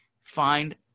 find